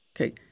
okay